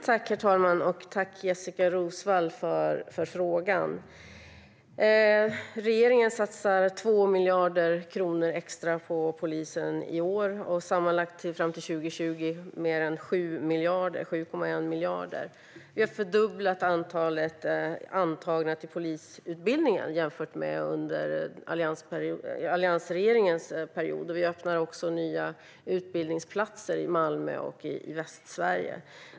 Herr talman! Jag tackar Jessika Roswall för frågan. Regeringen satsar 2 miljarder kronor extra på polisen i år. Sammanlagt fram till 2020 satsar vi 7,1 miljarder. Vi har fördubblat antalet antagna till polisutbildningen jämfört med alliansregeringens period. Vi öppnar också nya utbildningsplatser i Malmö och Västsverige.